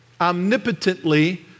omnipotently